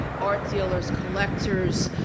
art dealers, collectors,